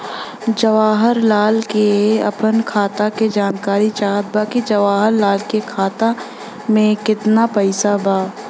जवाहिर लाल के अपना खाता का जानकारी चाहत बा की जवाहिर लाल के खाता में कितना पैसा बा?